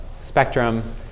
spectrum